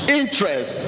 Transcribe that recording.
interest